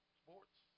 sports